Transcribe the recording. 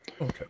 Okay